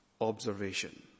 observation